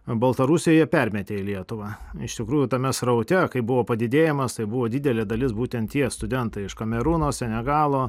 baltarusijoj jie permetė į lietuvą iš tikrųjų tame sraute kai buvo padidėjimas tai buvo didelė dalis būtent tie studentai iš kamerūno senegalo